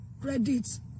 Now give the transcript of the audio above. credits